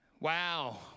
Wow